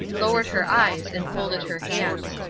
lowered her eyes and folded her hands.